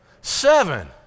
Seven